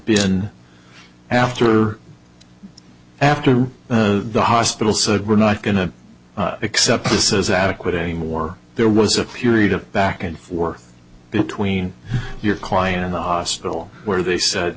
been after after the hospital said we're not going to accept this as adequate anymore there was a period of back and forth between your client and the hospital where they said